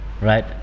right